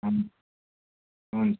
हुन् हुन्